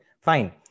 Fine